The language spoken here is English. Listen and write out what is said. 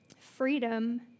Freedom